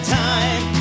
time